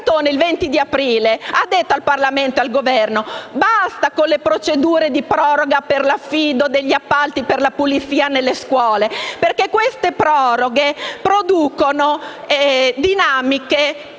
Raffaele Cantone, che il 20 aprile ha detto al Parlamento e al Governo: basta con le procedure di proroga per l'affido degli appalti per la pulizia nelle scuole, perché producono dinamiche